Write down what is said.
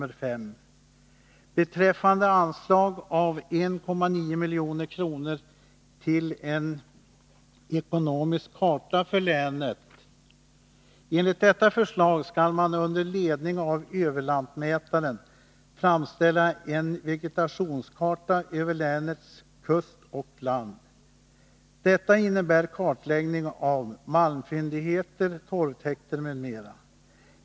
Sedan vill jag säga några ord beträffande anslag av 1,9 milj.kr. till en ekonomisk karta för länet. Enligt detta förslag skall man under ledning av överlantmätaren framställa en vegetationskarta över länets kust och land. Detta innebär kartläggning av malmfyndigheter, torvtäkter m.m.